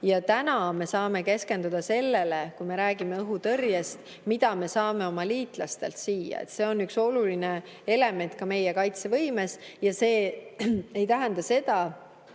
Täna me saame keskenduda sellele, kui me räägime õhutõrjest, mida me saame siia oma liitlastelt. See on üks oluline element meie kaitsevõimes. See ei tähenda seda,